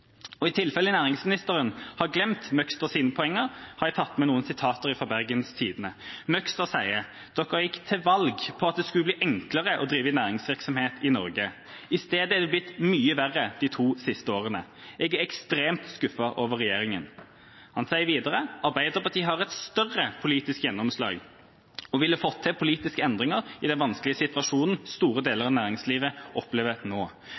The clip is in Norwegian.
I tilfelle næringsministeren har glemt Møgsters poenger, har jeg tatt med noen sitater fra Bergens Tidende. Møgster sier: «Dere gikk til valg på at det skulle bli enklere å drive næringsvirksomhet i Norge. I stedet er det blitt mye verre de siste to årene. Jeg er ekstremt skuffet over regjeringen.» Han sier videre: «Ap har et større politisk gjennomslag, og ville fått til politiske endringer i den vanskelige situasjonen store deler av næringslivet opplever nå.